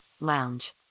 Lounge